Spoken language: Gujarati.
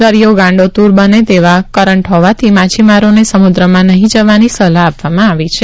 દરિયો ગાંડોતુર બને તેવા કરંટ હોવાથી માછીમારોને સમુદ્રમાં નહીં જવાની સલાહ આપવામાં આવી છે